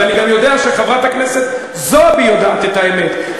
ואני גם יודע שחברת הכנסת זועבי יודעת את האמת,